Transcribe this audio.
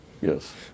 Yes